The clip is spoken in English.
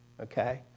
Okay